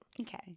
Okay